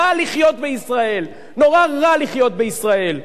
רע לחיות בישראל, נורא רע לחיות בישראל,